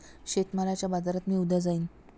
शेतमालाच्या बाजारात मी उद्या जाईन